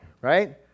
right